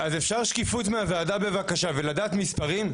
אז אפשר שקיפות מהוועדה בבקשה ולדעת מספרים?